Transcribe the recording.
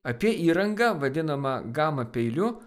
apie įrangą vadinama gama peiliu